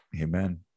Amen